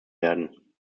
werden